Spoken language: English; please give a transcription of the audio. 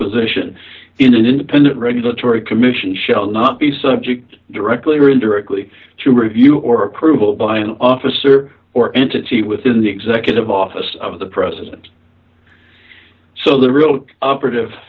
position in an independent regulatory commission shall not be subject directly or indirectly to review or approval by an officer or entity within the executive office of the president so the real operative